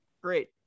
great